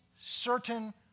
certain